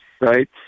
right